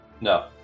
No